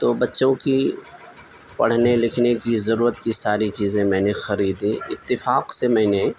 تو بچوں کی پڑھنے لکھنے کی ضرورت کی ساری چیزیں میں نے خریدیں اتفاق سے میں نے